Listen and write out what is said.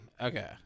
Okay